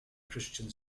christian